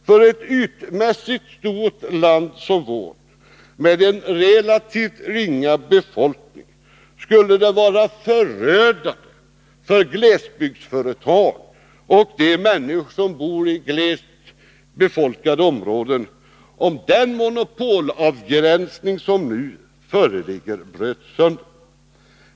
För ett ytmässigt stort land som vårt med en relativt liten befolkning skulle det vara förödande för glesbygdsföretag och de människor som bor i glest befolkade områden, om den monopolavgränsning som nu föreligger bröts sönder.